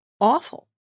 awful